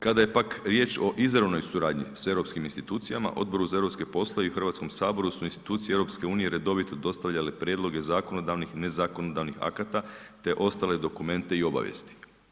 Kada je pak riječ o izravnoj suradnji sa europskim institucijama, Odboru za europske poslove i Hrvatskom saboru su institucije EU redovito dostavljale prijedloge zakonodavnih i ne zakonodavnih akata te ostale dokumente i obavijesti.